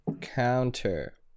Counter